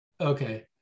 okay